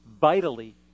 vitally